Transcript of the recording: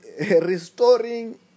restoring